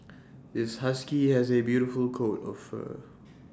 this husky has A beautiful coat of fur